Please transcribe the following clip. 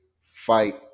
fight